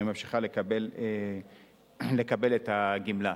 וממשיכה לקבל את הגמלה.